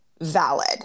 valid